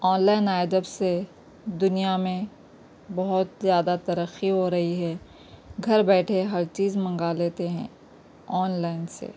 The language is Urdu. آن لائن آڈر سے دنیا میں بہت زیادہ ترقی ہو رہی ہے گھر بیٹھے ہر چیز منگا لیتے ہیں آن لائن سے